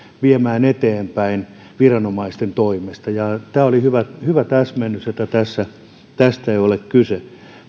viemään eteenpäin viranomaisten toimesta tämä oli hyvä täsmennys että tästä tässä ei ole kyse